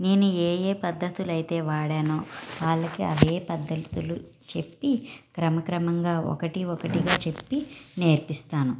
నేను ఏ ఏ పద్ధతులైతే వాడానో వాళ్ళకి అదే పద్ధతులు చెప్పి క్రమక్రమంగా ఒకటి ఒకటిగా చెప్పి నేర్పిస్తాను